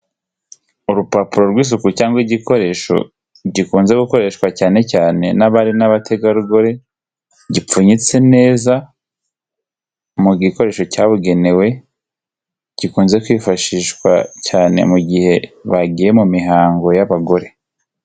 Urupapuro r'isuku cyangwa igikoresho gikunze gukoreshwa cyane cyane n'abari n'abategarugori, gipfunyitse neza mu gikoresho cyabugenewe gikunze kwifashishwa cyane mu gihe bagiye mu mihango y'abagore.